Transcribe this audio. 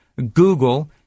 Google